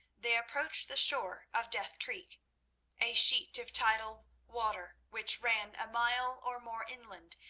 they approached the shore of death creek a sheet of tidal water which ran a mile or more inland,